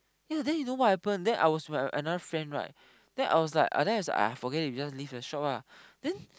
ya then you know what happen then I was with my another friend right then I was like then is like !aiya! forget it we just leave the shop ah then ya then you know what happen